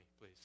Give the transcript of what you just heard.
please